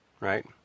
right